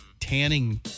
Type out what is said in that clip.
tanning